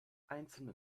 einzelne